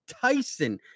tyson